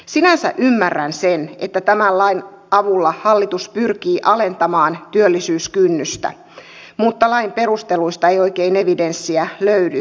sinänsä ymmärrän sen että tämän lain avulla hallitus pyrkii alentamaan työllisyyskynnystä mutta lain perusteluista ei oikein evidenssiä löydy päinvastoin